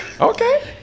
Okay